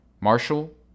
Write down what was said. Marshall